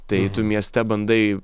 tai tu mieste bandai